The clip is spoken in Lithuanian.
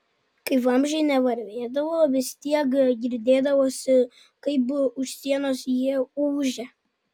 kai vamzdžiai nevarvėdavo vis tiek girdėdavosi kaip už sienos jie ūžia